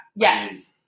Yes